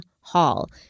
Hall